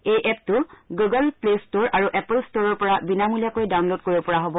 এই এপটো Google Play store আৰু এপল ষ্টিৰৰ পৰা বিনামূলীয়াকৈ ডাউনল'ড কৰিব পৰা হ'ব